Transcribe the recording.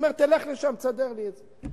הוא אומר: תלך לשם, תסדר לי את זה.